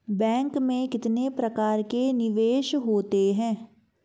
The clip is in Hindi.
बैंक में कितने प्रकार के निवेश होते हैं?